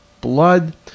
blood